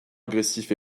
agressifs